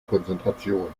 konzentration